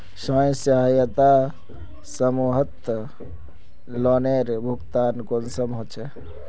स्वयं सहायता समूहत लोनेर भुगतान कुंसम होचे?